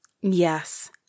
Yes